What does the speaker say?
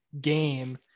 game